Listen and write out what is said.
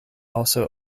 also